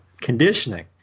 conditioning